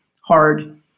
hard